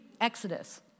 Exodus